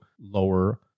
lower